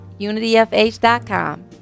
unityfh.com